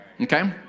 Okay